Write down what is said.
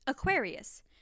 Aquarius